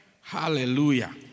Hallelujah